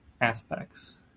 aspects